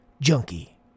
junkie